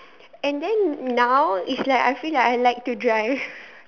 and then now is like I feel like I like to drive